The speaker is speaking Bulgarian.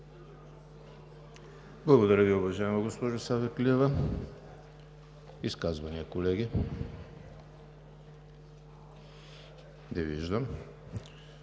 Благодаря Ви, уважаема госпожо Савеклиева. Изказвания, колеги? Не виждам.